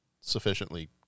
sufficiently